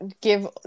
give